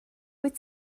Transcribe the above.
wyt